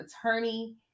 attorney